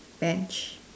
Bench